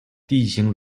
地形